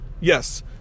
Yes